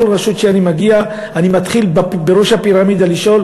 שבכל רשות שאני מגיע אני מתחיל בראש הפירמידה לשאול